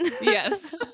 yes